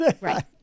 Right